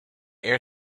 air